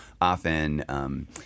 often